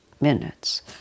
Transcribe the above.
minutes